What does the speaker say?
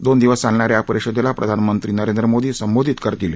दोन दिवस चालणा या या परिषदेला प्रधानमंत्री नरेंद्र मोदी संबोधित करतील